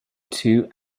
two